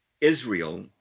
Israel